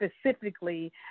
specifically